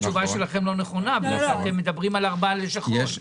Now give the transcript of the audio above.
התשובה שלכם לא נכונה כי אתם מדברים על ארבע לשכות.